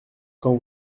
quand